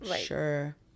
sure